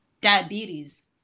diabetes